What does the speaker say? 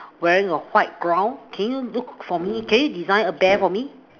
wearing a white gown can you look for me can you design a bear for me